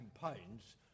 campaigns